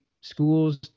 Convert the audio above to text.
schools